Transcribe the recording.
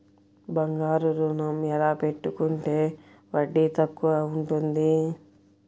బంగారు ఋణం ఎలా పెట్టుకుంటే వడ్డీ తక్కువ ఉంటుంది?